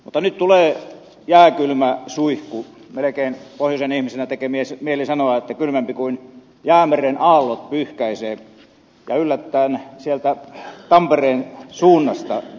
mutta nyt jääkylmä suihku pohjoisen ihmisenä tekee melkein mieli sanoa että kylmempi kuin jäämeren aallot pyyhkäisee ja yllättäen sieltä tampereen suunnasta arvoisa ministeri